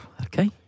Okay